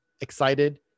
Excited